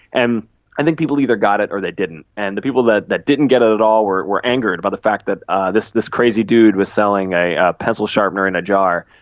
and i think people either got it or they didn't, and the people that that didn't get it at all were were angered by the fact that this this crazy dude was selling a a pencil sharpener in a jar,